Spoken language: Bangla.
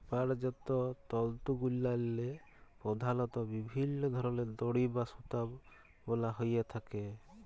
পাটজাত তলতুগুলাল্লে পধালত বিভিল্ল্য ধরলের দড়ি বা সুতা বলা হ্যঁয়ে থ্যাকে